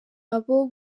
abo